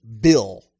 Bill